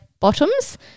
Bottoms